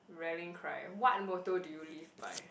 rallying cry what motto do you live by